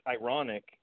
ironic